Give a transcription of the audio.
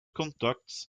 conducts